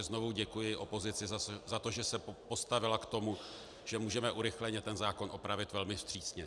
Znovu děkuji opozici za to, že se postavila k tomu, že můžeme urychleně zákon opravit, velmi vstřícně.